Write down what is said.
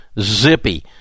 Zippy